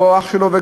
עשיו הוא האח שלו.